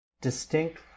distinct